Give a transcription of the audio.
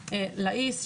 שיהיה לעיס,